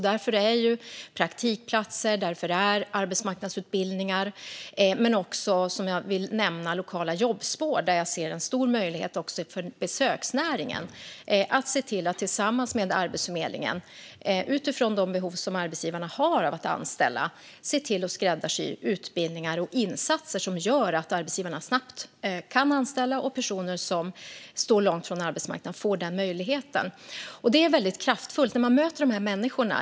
Därför är praktikplatser och arbetsmarknadsutbildningar viktiga. Jag vill också nämna lokala jobbspår, där jag ser en stor möjlighet för besöksnäringen att tillsammans med Arbetsförmedlingen och utifrån de behov som arbetsgivarna har av att anställa skräddarsy utbildningar och insatser som gör att arbetsgivarna kan anställa snabbt. Personer som står långt ifrån arbetsmarknaden får den möjligheten. Det är väldigt kraftfullt.